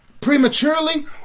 prematurely